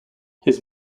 his